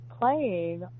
playing